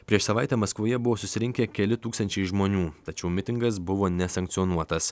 prieš savaitę maskvoje buvo susirinkę keli tūkstančiai žmonių tačiau mitingas buvo nesankcionuotas